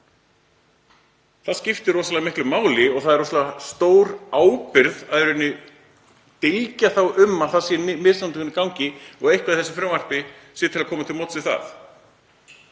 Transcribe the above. Það skiptir rosalega miklu máli og það er rosalega stór ábyrgð að dylgja um að það sé misnotkun í gangi og að eitthvað í þessu frumvarpi sé til að koma til móts við það.